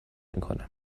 میکنم